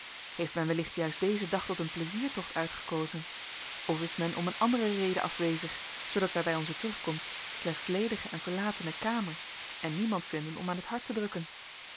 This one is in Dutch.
heeft men wellicht juist dezen dag tot een pleiziertocht uitgekozen of is men om een andere reden afwezig zoodat wij bij onze terugkomst slechts ledige en verlatene kamers en niemand vinden om aan het hart te drukken